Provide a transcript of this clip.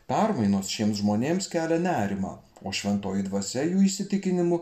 permainos šiems žmonėms kelia nerimą o šventoji dvasia jų įsitikinimu